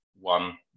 one